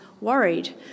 worried